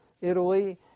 Italy